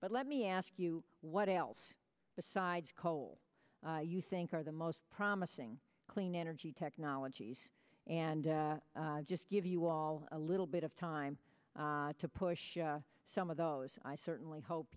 but let me ask you what else besides coal you think are the most promising clean energy technologies and just give you all a little bit of time to push some of those i certainly hope